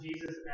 Jesus